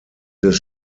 des